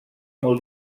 molt